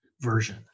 version